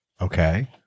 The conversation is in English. Okay